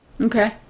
Okay